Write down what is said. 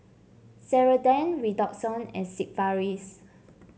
Ceradan Redoxon and Sigvaris